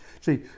See